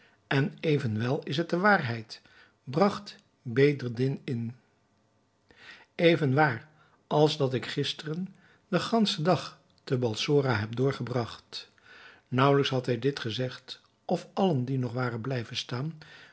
en evenwel is het waarheid bragt bedreddin in even waar als dat ik gisteren den ganschen dag te balsora heb doorgebragt naauwelijks had hij dit gezegd of allen die nog waren blijven staan